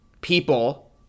people